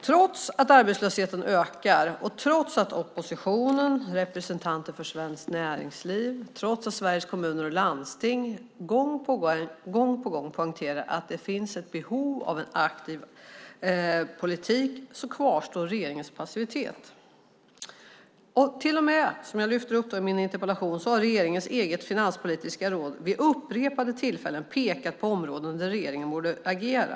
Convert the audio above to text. Trots att arbetslösheten ökar och trots att oppositionen, representanter för Svenskt Näringsliv och Sveriges Kommuner och Landsting gång på gång poängterar att det finns ett behov av en aktiv politik kvarstår regeringens passivitet. Som jag lyfter upp i min interpellation har till och med regeringens eget finanspolitiska råd vid upprepade tillfällen pekat på områden där regeringen borde agera.